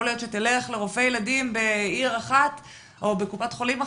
יכול להיות שתלך לרופא ילדים בעיר אחת או בקופת חולים אחת,